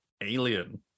Alien